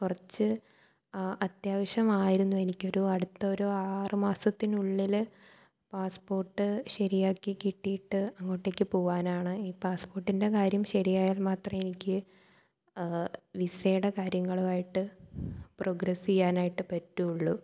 കുറച്ച് അത്യാവശ്യമായിരുന്നു എനിക്കൊരു അടുത്തൊരു ആറ് മാസത്തിനുള്ളിൽ പാസ്പ്പോട്ട് ശരിയാക്കി കിട്ടിയിട്ട് അങ്ങോട്ടേക്ക് പോകാനാണ് ഈ പാസ്പ്പോട്ടിന്റെ കാര്യം ശരിയായാൽ മാത്രമേയെനിക്ക് വിസയുടെ കാര്യങ്ങളുമായിട്ട് പ്രോഗ്രസ് ചെയ്യാനായിട്ട് പറ്റുകയുള്ളു